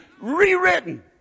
rewritten